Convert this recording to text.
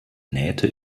nähte